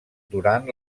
durant